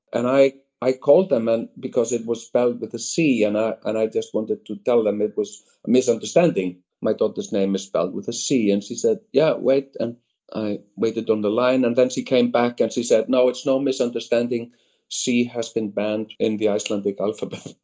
and i i called them, because it was spelled with a c, and i and i just wanted to tell them it was a misunderstanding, my daughter's name is spelled with a c and she said yeah, wait, and i waited on the line and then she came back and she said no, it's no misunderstanding c has been banned in the icelandic alphabet.